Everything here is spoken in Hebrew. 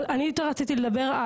אבל אני יותר רציתי לדבר,